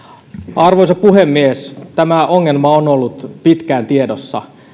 arvoisa puhemies tämä ongelma on ollut pitkään tiedossa